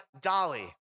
Dolly